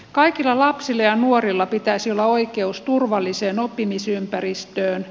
kaikilla lapsilla ja nuorilla pitäisi olla oikeus turvalliseen oppimisympäristöön